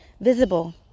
visible